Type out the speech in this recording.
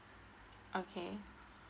okay